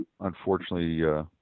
unfortunately